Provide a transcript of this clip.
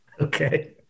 Okay